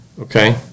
Okay